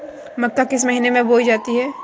मक्का किस महीने में बोई जाती है?